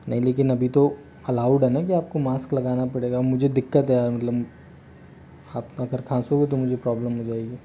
नहीं लेकिन अभी तो अलाउड है ना कि आपको मास्क लगाना पड़ेगा मुझे दिक्कत है यार मतलब आप अगर खासोगे तो मुझे प्रॉब्लम हो जाएगी